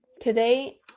Today